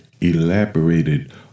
elaborated